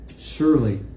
Surely